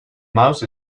mouse